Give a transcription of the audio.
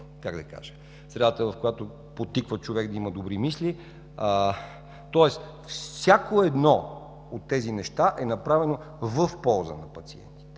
как да кажа, средата, която подтиква човек да има добри мисли. Всяко едно от тези неща е направено в полза на пациентите.